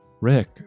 Rick